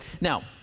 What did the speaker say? Now